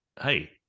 Hey